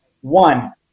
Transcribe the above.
One